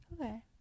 Okay